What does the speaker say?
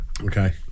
okay